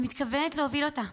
אני מתכוונת להוביל אותה,